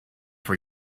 for